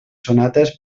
sonates